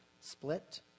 split